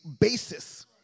basis